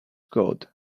god